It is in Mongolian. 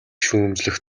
шүүмжлэх